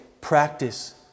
practice